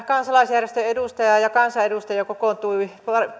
kansalaisjärjestön edustajaa ja kansanedustajaa kokoontui